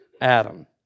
Adam